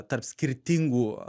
tarp skirtingų